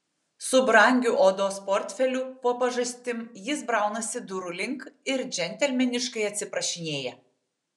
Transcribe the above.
su brangiu odos portfeliu po pažastim jis braunasi durų link ir džentelmeniškai atsiprašinėja